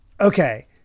Okay